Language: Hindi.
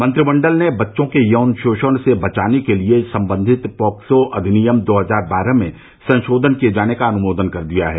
मंत्रिमंडल ने बच्चों को यौन शोषण से बचाने के लिए संबंधित पोक्सो अधिनियम दो हजार बारह में संशोधन किए जाने का अनुमोदन कर दिया है